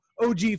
OG